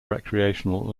recreational